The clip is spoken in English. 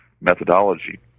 methodology